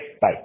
Bye